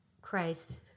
Christ